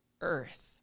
earth